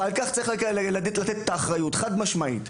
וצריך לתת על כך את האחריות חד-משמעית.